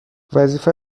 وظیفت